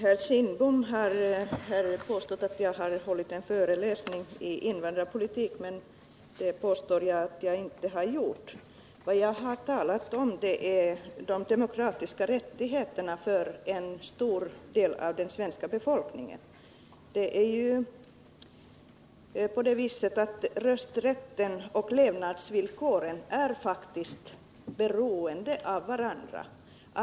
Fru talman! Bengt Kindbom sade att jag har hållit en föreläsning i invandrarpolitik, men det har jag inte gjort. Vad jag har talat om är de demokratiska rättigheterna för en stor del av den svenska befolkningen. Rösträtt och levnadsvillkor är faktiskt beroende av varandra.